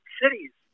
cities